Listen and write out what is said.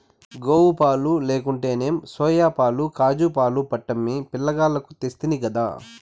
గోవుపాలు లేకుంటేనేం సోయాపాలు కాజూపాలు పట్టమ్మి పిలగాల్లకు తెస్తినిగదా